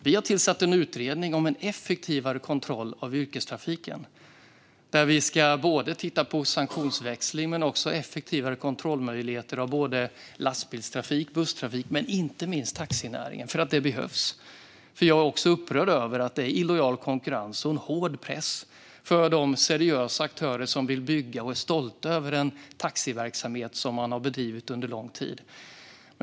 Vi har tillsatt en utredning om effektivare kontroll av yrkestrafiken, där vi ska titta på sanktionsväxling och effektivare kontrollmöjligheter när det gäller lastbilstrafik, busstrafik och inte minst taxinäringen, för det behövs. Jag är också upprörd över att det är illojal konkurrens och en hård press på de seriösa aktörer som vill bygga och vara stolta över en taxiverksamhet som de har bedrivit under lång tid.